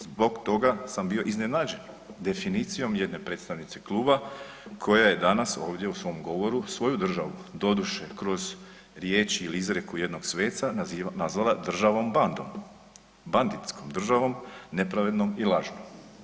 Zbog toga sam bio iznenađen definicijom jedne predstavnice kluba koja je danas ovdje u svom govoru svoju državu, doduše kroz riječi ili izreku jednog sveca nazvala državom bandom, banditskom državom, nepravednom i lažnom.